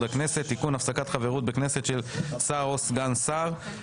הכנסת (תיקון) (הפסקת חברות בכנסת של שר או סגן שר).